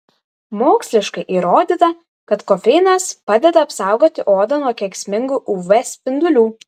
moksliškai įrodyta kad kofeinas padeda apsaugoti odą nuo kenksmingų uv spindulių